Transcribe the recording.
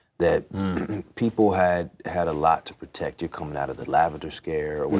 that people had had a lot to protect, you're coming out of the lavender scare,